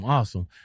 Awesome